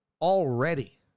already